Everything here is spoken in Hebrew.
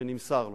שנמסר לו.